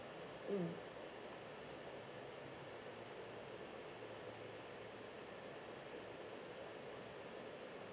mm